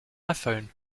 iphone